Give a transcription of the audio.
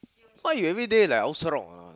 why you everyday lah also wrong lah